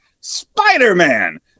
Spider-Man